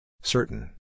Certain